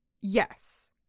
yes